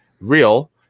real